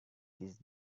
these